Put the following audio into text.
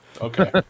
Okay